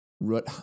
Root